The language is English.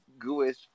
gooish